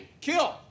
kill